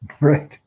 Right